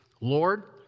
Lord